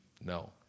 No